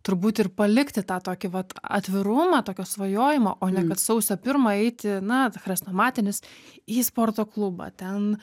turbūt ir palikti tą tokį vat atvirumą tokio svajojimo o ne kad sausio pirmą eiti na chrestomatinis į sporto klubą ten